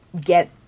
get